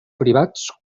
privats